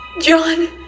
John